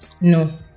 no